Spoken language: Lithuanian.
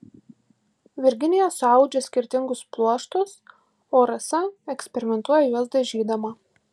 virginija suaudžia skirtingus pluoštus o rasa eksperimentuoja juos dažydama